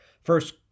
first